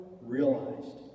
realized